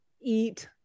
eat